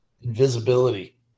invisibility